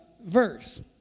verse